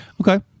Okay